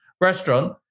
restaurant